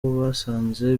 basanze